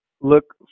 look